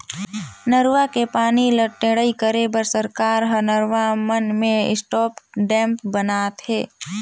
नरूवा के पानी ले टेड़ई करे बर सरकार हर नरवा मन में स्टॉप डेम ब नात हे